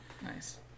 Nice